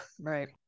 Right